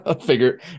figure